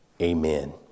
Amen